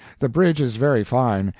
the bridge is very fine,